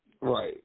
Right